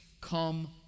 come